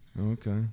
Okay